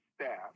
Staff